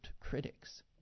critics